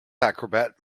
acrobat